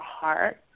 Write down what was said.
heart